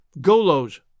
Golo's